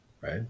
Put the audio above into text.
right